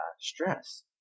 stress